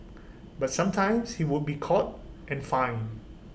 but sometimes he would be caught and fined